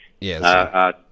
Yes